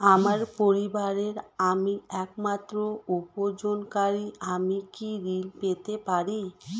আমার পরিবারের আমি একমাত্র উপার্জনকারী আমি কি ঋণ পেতে পারি?